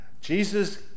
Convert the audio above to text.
Jesus